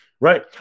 Right